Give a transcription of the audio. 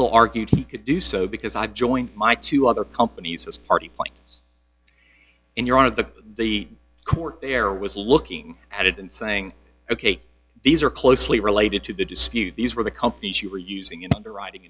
all argued he could do so because i've joined my two other companies as party points in your out of the the court there was looking at it and saying ok these are closely related to the dispute these were the companies you were using in underwriting